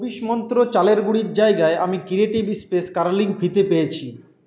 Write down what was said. চব্বিশ মন্ত্র চালের গুঁড়ির জায়গায় আমি ক্রিয়েটিভ স্পেস কারলিং ফিতে পেয়েছি